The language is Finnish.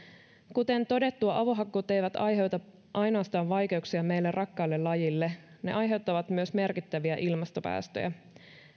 kuten todettua avohakkuut eivät aiheuta ainoastaan vaikeuksia meille rakkaille lajeille ne aiheuttavat myös merkittäviä ilmastopäästöjä